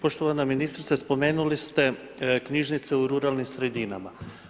Poštovana ministrice, spomenuli ste knjižnice u ruralnim sredinama.